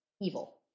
evil